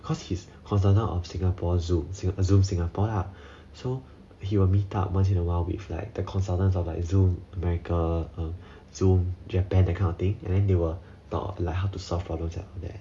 cause he's consultant of singapore Zoom Zoom singapore so he will meet up once in awhile with like the consultants on like Zoom america or Zoom japan that kind of thing and then they were talk like how to solve problems and that